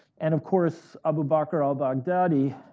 and of course abu bakr al-baghdadi